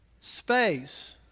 space